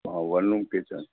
one room kitchen